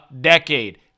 decade